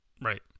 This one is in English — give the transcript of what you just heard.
right